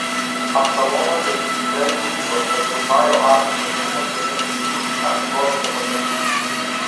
abšalomas ir visas izraelis sutiko kad hušajo archo patarimas geresnis už ahitofelio patarimą